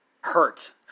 hurt